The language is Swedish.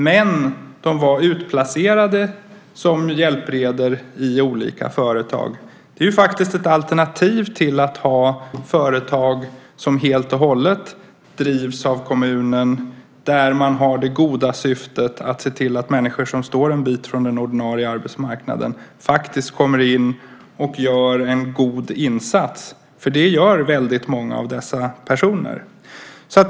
Men de var utplacerade som hjälpredor i olika företag. Det är ett alternativ till att ha företag som helt och hållet drivs av kommunen där man har det goda syftet att se till att människor som står en bit från den ordinarie arbetsmarknaden kommer in och gör en god insats. Det gör väldigt många av dessa personer.